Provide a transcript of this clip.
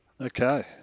Okay